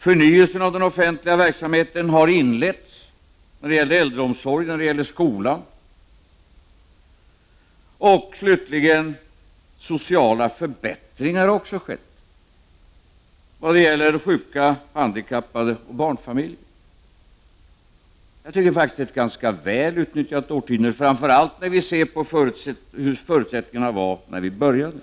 Förnyelsen av den offentliga verksamheten har inletts när det gäller äldreomsorgen och skolan. Slutligen har det också genomförts sociala förbättringar i vad gäller sjuka, handikappade och barnfamiljer. Jag tycker faktiskt att det rör sig om ett ganska väl utnyttjat årtionde, framför allt om vi ser på vilka förutsättningarna var när vi började.